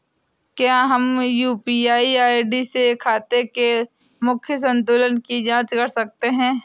क्या हम UPI ID से खाते के मूख्य संतुलन की जाँच कर सकते हैं?